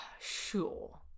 sure